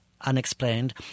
unexplained